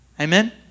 Amen